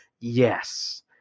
Yes